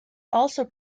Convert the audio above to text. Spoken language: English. also